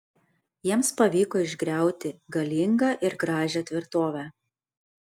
jiems pavyko išgriauti galingą ir gražią tvirtovę